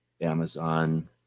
Amazon